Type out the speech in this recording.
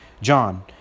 John